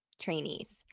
trainees